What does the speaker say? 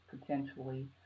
potentially